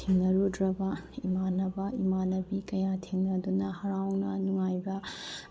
ꯊꯦꯟꯅꯔꯨꯗ꯭ꯔꯕ ꯏꯃꯥꯟꯅꯕ ꯏꯃꯥꯟꯅꯕꯤ ꯀꯌꯥ ꯊꯦꯡꯅꯗꯨꯅ ꯍꯔꯥꯎꯅ ꯅꯨꯡꯉꯥꯏꯕ